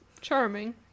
charming